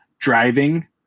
driving